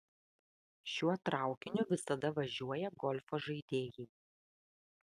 šiuo traukiniu visada važiuoja golfo žaidėjai